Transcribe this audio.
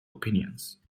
opinions